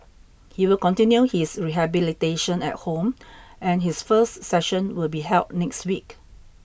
he will continue his rehabilitation at home and his first session will be held next week